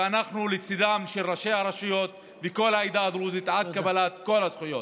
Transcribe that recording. ואנחנו לצידם של ראשי הרשויות ושל כל העדה הדרוזית עד קבלת כל הזכויות.